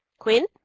quinn